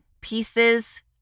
pieces